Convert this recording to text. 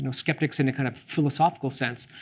and skeptics in a kind of philosophical sense.